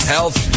Health